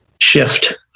shift